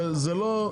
זה לא.